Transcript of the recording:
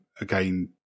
Again